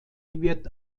wird